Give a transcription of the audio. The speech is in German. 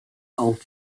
auf